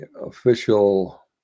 official